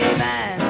man